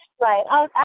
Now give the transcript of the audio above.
Right